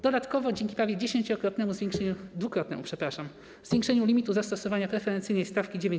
Dodatkowo dzięki prawie dziesięciokrotnemu zwiększeniu, dwukrotnemu, przepraszam, zwiększeniu limitu zastosowania preferencyjnej stawki 9%